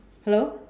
hello